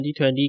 2020